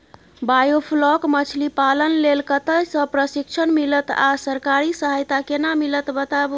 Biofloc मछलीपालन लेल कतय स प्रशिक्षण मिलत आ सरकारी सहायता केना मिलत बताबू?